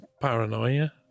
paranoia